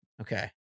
Okay